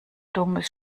dummes